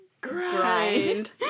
grind